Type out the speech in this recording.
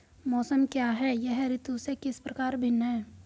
मौसम क्या है यह ऋतु से किस प्रकार भिन्न है?